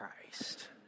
Christ